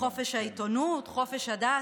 חופש העיתונות, חופש הדת.